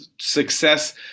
success